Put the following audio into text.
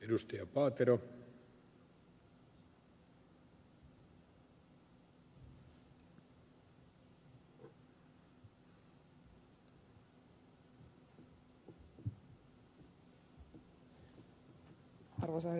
arvoisa herra puhemies